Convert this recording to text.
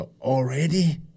already